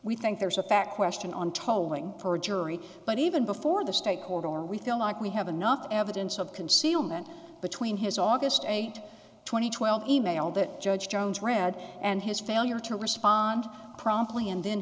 we think there's a fact question on tolling for a jury but even before the state court order we feel like we have enough evidence of concealment between his august eight twenty twelve e mail that judge jones read and his failure to respond promptly and then